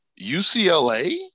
UCLA